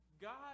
God